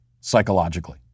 psychologically